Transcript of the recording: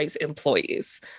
employees